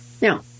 Now